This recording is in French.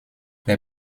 les